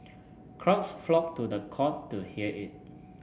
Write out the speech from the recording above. crowds flocked to the court to hear it